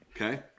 Okay